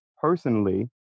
personally